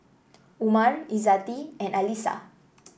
Umar Izzati and Alyssa